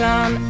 on